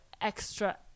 extra